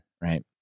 Right